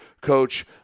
Coach